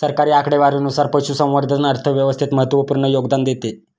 सरकारी आकडेवारीनुसार, पशुसंवर्धन अर्थव्यवस्थेत महत्त्वपूर्ण योगदान देते